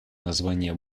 название